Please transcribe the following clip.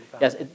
Yes